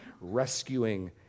rescuing